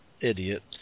idiot